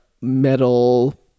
metal